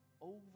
over